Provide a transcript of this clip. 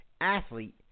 athlete